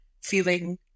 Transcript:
feeling